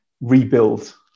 rebuild